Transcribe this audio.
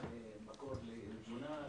פרנסה ומקור לתזונה.